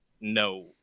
no